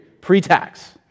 pre-tax